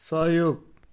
सहयोग